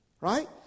right